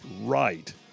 right